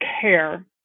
care